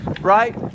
right